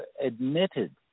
admitted